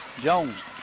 Jones